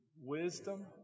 wisdom